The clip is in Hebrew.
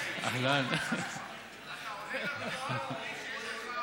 אתה בא בלי טקסטים,